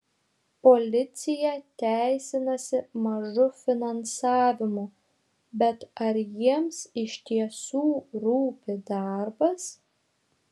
policija teisinasi mažu finansavimu bet ar jiems iš tiesų rūpi darbas